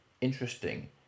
interesting